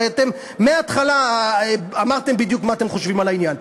הרי אתם מההתחלה אמרתם בדיוק מה אתם חושבים על העניין.